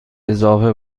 اضافه